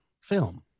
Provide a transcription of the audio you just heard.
film